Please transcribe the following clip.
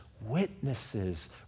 witnesses